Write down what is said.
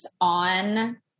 on